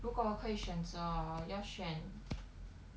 如果我可以选择要选